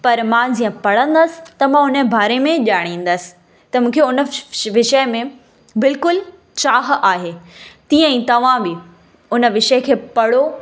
पर मां जीअं पढ़ंदसि त मां उनजे बारे में ॼाणींदसि त मूंखे उन व विषय में बिल्कुलु चाह आहे तीअं ई तव्हां बि उन विषय खे पढ़ो